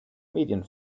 medien